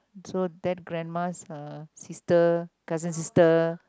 so that grandma's uh sister cousin sister